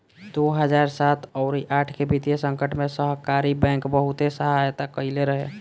दू हजार सात अउरी आठ के वित्तीय संकट में सहकारी बैंक बहुते सहायता कईले रहे